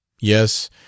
Yes